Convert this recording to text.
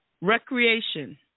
Recreation